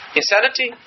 insanity